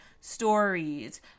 stories